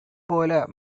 போல